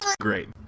great